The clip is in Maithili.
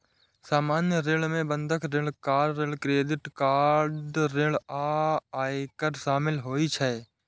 सामान्य ऋण मे बंधक ऋण, कार ऋण, क्रेडिट कार्ड ऋण आ आयकर शामिल होइ छै